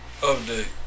Update